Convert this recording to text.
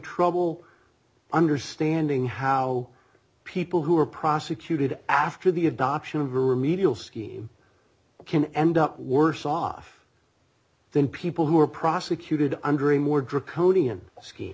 trouble understanding how people who are prosecuted after the adoption of a remedial scheme can end up worse off then people who are prosecuted under a more draconian s